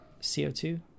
CO2